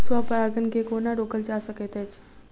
स्व परागण केँ कोना रोकल जा सकैत अछि?